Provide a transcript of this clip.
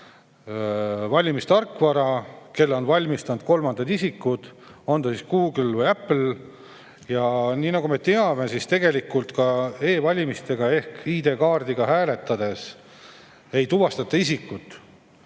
valimistarkvara, mille on valmistanud kolmandad isikud, on see siis Google või Apple. Nagu me teame, tegelikult ka e‑valimistel ehk ID‑kaardiga hääletades ei tuvastata isikut,